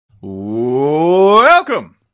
Welcome